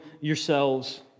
yourselves